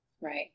right